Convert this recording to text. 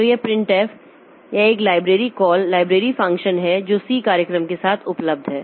तो यह प्रिंटफ यह एक लाइब्रेरी कॉल लाइब्रेरी फ़ंक्शन है जो सी कार्यक्रम के साथ उपलब्ध हैं